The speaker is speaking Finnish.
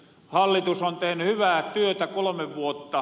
hallitus on tehny hyvää työtä kolome vuotta